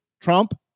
Trump